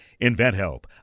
InventHelp